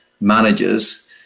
managers